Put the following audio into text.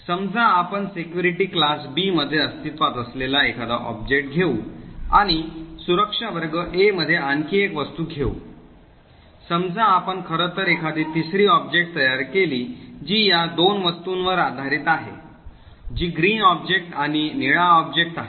समजा आपण सुरक्षा वर्ग B मध्ये अस्तित्त्वात असलेला एखादा ऑब्जेक्ट घेऊ आणि सुरक्षा वर्ग A मध्ये आणखी एक वस्तू घेऊ समजा आपण खरं तर एखादी तिसरी ऑब्जेक्ट तयार केली जी या दोन वस्तूंवर आधारित आहे जी ग्रीन ऑब्जेक्ट आणि निळा ऑब्जेक्ट आहे